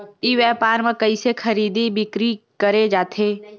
ई व्यापार म कइसे खरीदी बिक्री करे जाथे?